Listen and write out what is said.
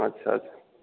अच्छा अच्छा